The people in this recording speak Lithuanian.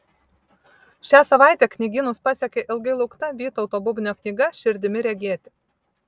šią savaitę knygynus pasiekė ilgai laukta vytauto bubnio knyga širdimi regėti